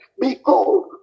Behold